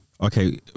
Okay